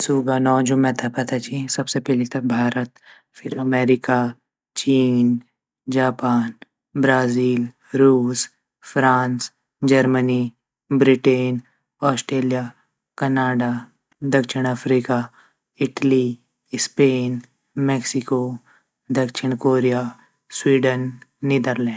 देशू गा नौ जू मेता पता छीन सबसे पैली त भारत फिर अमेरिका, चीन, जापान, ब्राज़ील, रुस, France, Germany, Britain, Australia, Canada, दक्षिण अफ़्रीका, इटली, स्पेन, मेक्सिको, दक्षिण कोरिया, स्वीडन, नीदरलैंड।